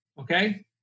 okay